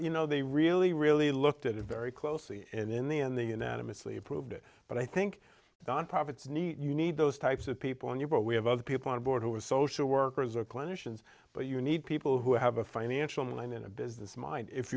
you know they really really looked at it very closely in the in the unanimously approved it but i think non profits need you need those types of people in you but we have other people on board who are social workers or clinicians but you need people who have a financial mind in a business mind if